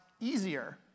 easier